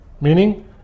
Meaning